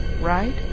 right